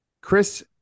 chris